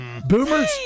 Boomers